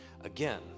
again